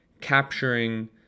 capturing